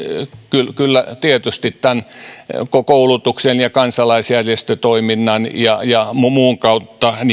kyllä kyllä tietysti tämän koulutuksen ja kansalaisjärjestötoiminnan ja ja muun kautta